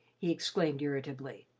he exclaimed irritably.